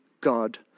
God